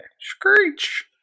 Screech